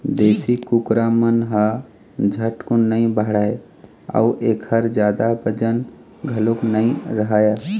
देशी कुकरा मन ह झटकुन नइ बाढ़य अउ एखर जादा बजन घलोक नइ रहय